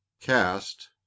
Cast